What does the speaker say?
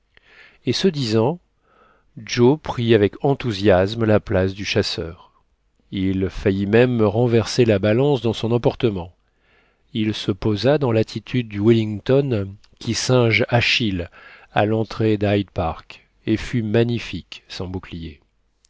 et ce disant joe prit avec enthousiasme la place du chasseur il faillit même renverser la balance dans son emportement il se posa dans l'attitude du wellington qui singe achille à l'entrée dhyde park et fut magnifique sans bouclier